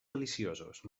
deliciosos